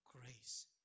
grace